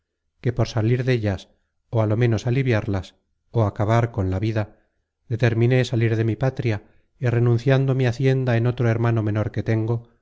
que por salir dellas ó á lo menos aliviarlas ó acabar con la vida determiné salir de mi patria y renunciando mi hacienda en otro hermano menor que tengo